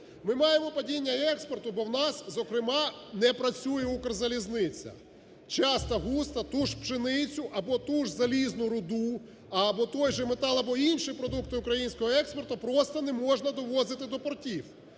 Ми маємо падіння експорту, бо у нас, зокрема, не працює "Укрзалізниця". Часто-густо ту ж пшеницю або ту ж залізну руду, або той же метал або інші продукти українського експорту просто не можна довозити до портів,